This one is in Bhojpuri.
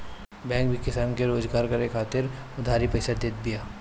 बैंक भी किसान के रोजगार करे खातिर उधारी पईसा देत बिया